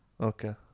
Okay